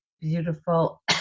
beautiful